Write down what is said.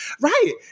right